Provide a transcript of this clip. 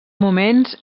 moments